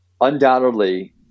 Undoubtedly